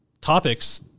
topics